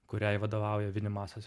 kuriai vadovauja vinimasas